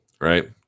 right